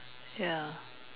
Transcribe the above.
ya